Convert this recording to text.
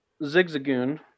Zigzagoon